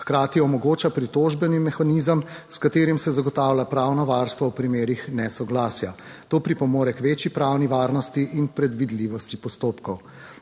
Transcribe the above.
Hkrati omogoča pritožbeni mehanizem, s katerim se zagotavlja pravno varstvo v primerih nesoglasja. To pripomore k večji pravni varnosti in predvidljivosti postopkov.